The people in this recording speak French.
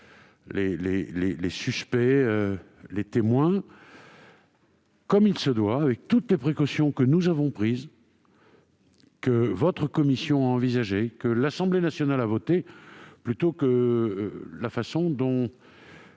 les suspects, les témoins -comme il se doit, avec toutes les précautions que nous avons prises, celles que votre commission a envisagées et celles que l'Assemblée nationale a votées, plutôt que de voir